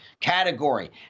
category